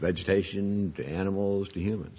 vegetation the animals to humans